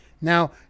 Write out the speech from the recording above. now